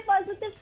positive